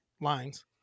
lines